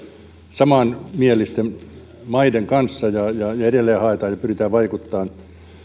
samanmielisten maiden kanssa ja edelleen haemme ja pyrimme vaikuttamaan